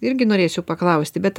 irgi norėčiau paklausti bet